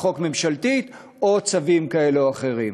חוק ממשלתית או צווים כאלה או אחרים.